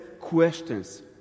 questions